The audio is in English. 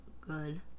Good